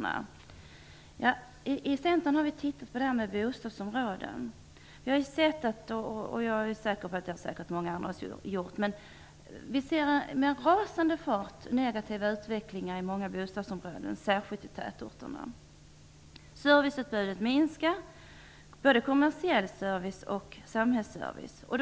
Inom centerpartiet har vi studerat bostadsområden. Vi ser en snabb negativ utveckling i vissa bostadsområden, särskilt i tätorterna. Serviceutbudet minskar, både kommersiell service och samhällsservice. Det